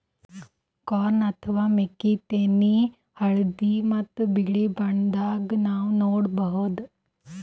corn ಅಥವಾ ಮೆಕ್ಕಿತೆನಿ ಹಳ್ದಿ ಮತ್ತ್ ಬಿಳಿ ಬಣ್ಣದಾಗ್ ನಾವ್ ನೋಡಬಹುದ್